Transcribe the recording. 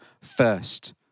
first